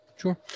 Sure